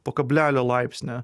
po kablelio laipsnio